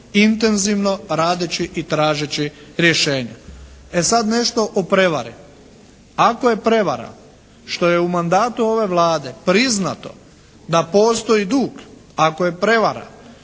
Intenzivno radeći i tražeći rješenja. E sad nešto o prevari. Ako je prevara što je u mandatu ove Vlade priznato da postoji dug, ako je prevara